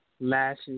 Lashes